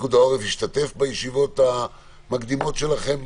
פיקוד העורף השתתף בישיבות המקדימות שלכם,